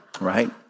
Right